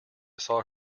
saw